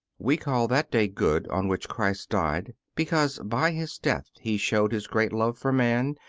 we call that day good on which christ died because by his death he showed his great love for man,